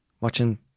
Watching